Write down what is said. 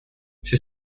c’est